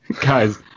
Guys